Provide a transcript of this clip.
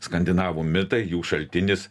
skandinavų mitai jų šaltinis